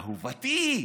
אהובתי.